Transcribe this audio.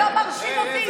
זה לא מרשים אותי.